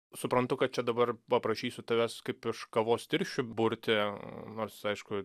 suprantu kad čia dabar paprašysiu tavęs kaip iš kavos tirščių burti nors aišku